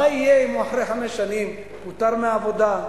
מה יהיה אם אחרי חמש שנים הוא יפוטר מהעבודה,